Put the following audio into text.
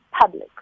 public